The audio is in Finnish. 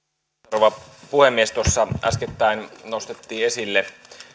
rouva puhemies tuossa äskettäin nostettiin esille